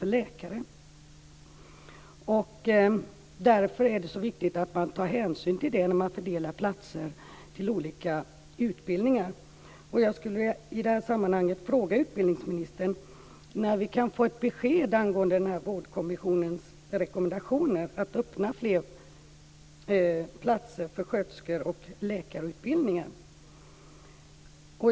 Det är viktigt att man tar hänsyn till det när man fördelar platser till olika utbildningar. Jag skulle vilja fråga utbildningsministern när vi kan få ett besked om den aktuella vårdkommissionens rekommendationer när det gäller inrättande av fler platser för sköterske och läkarutbildning.